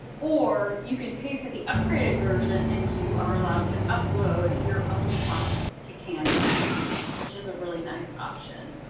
or you can pay for the upgraded version and you are allowed to upload your own fonts to canva which is a really nice option.